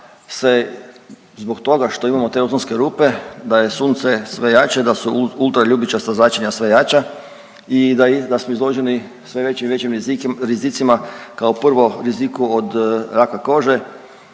zbog toga što imamo te ozonske rupe da je sunce sve jače, da su ultraljubičasta zračenja sve jača i da smo izloženi sve većim i većim rizicima. Kao prvo riziku od raka kože,